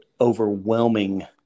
overwhelming